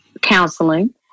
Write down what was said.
counseling